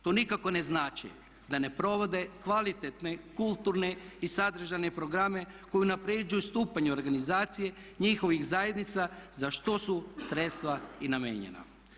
To nikako ne znači da ne provode kvalitetne, kulturne i sadržajne programe koji unaprjeđuju stupanj organizacije, njihovih zajednica za što su sredstva i namijenjena.